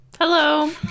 Hello